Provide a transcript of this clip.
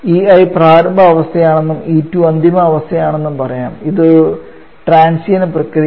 E1 പ്രാരംഭ അവസ്ഥയാണെന്നും E2 അന്തിമ അവസ്ഥയാണെന്നും പറയാം ഇത് ഒരു ട്രാൻസിയൻറ്റ് പ്രക്രിയയാണ്